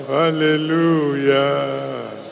hallelujah